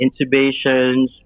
intubations